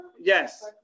Yes